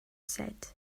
said